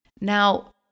Now